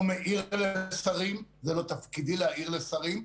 לא מעיר לשרים, זה לא תפקידי להעיר לשרים.